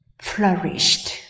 flourished